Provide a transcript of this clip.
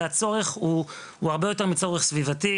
והצורך הוא הרבה יותר מצורך סביבתי,